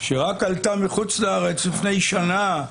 שרק עלתה מחוץ-לארץ לפני שנה,